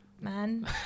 man